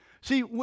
See